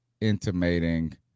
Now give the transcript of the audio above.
intimating